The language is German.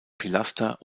pilaster